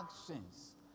actions